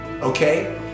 okay